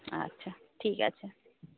আচ্ছা ঠিক আছে